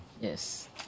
Yes